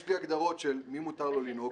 יש לי הגדרות של מי מותר לו לנהוג,